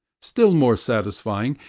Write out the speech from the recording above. still more satisfying,